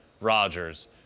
Rogers